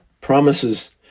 promises